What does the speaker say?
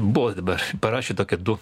buvo dabar parašė tokie du